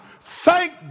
Thank